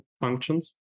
functions